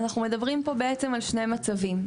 אנחנו מדברים בעצם על שני מצבים.